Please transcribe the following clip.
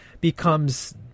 becomes